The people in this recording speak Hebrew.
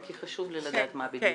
כי חשוב לי לדעת מה בדיוק.